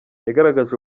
yagaragaje